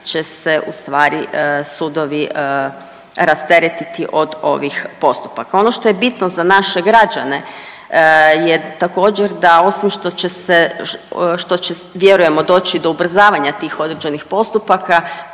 će se ustvari sudovi rasteretiti od ovih postupaka. Ono što je bitno za naše građane je također da osim što će se, što će vjerujemo doći do ubrzavanja tih određenih postupaka